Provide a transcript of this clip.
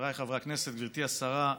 חבריי חברי הכנסת, גברתי השרה,